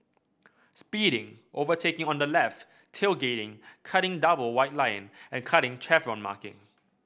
speeding overtaking on the left tailgating cutting double white line and cutting chevron marking